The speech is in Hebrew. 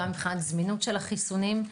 זמינות החיסונים,